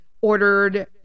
ordered